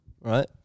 right